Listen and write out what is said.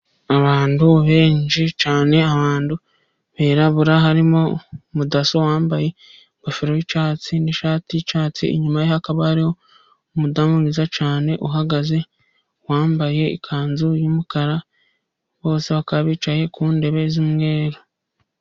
Abantu benshi cyane, abantu birabura, harimo umudaso wambaye ingofero y'icyatsi ni'shati y'icyatsi, inyuma ye hakaba hari umudamu mwiza cyane uhagaze, wambaye ikanzu y'umukara. Bose bakaba bicaye ku ntebe z'umweru.